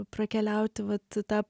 prakeliauti vat tą